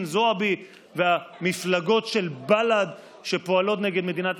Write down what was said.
זועבי והמפלגות של בל"ד שפועלות נגד המדינה?